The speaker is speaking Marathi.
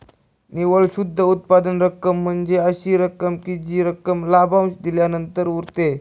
निव्वळ शुद्ध उत्पन्न रक्कम म्हणजे अशी रक्कम जी रक्कम लाभांश दिल्यानंतर उरते